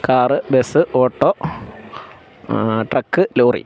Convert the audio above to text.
car bus auto truck lorry